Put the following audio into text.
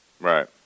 Right